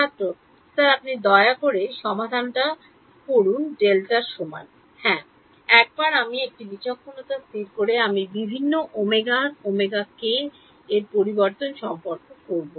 ছাত্র স্যার আপনি দয়া করে সমাধান করুন ডেল্টা সমান হ্যাঁ একবার আমি একটি বিচক্ষণতা স্থির করে আমি বিভিন্ন ওমেগাω এবং k এর মধ্যে সম্পর্ক পরিবর্তন করব